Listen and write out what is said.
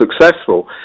successful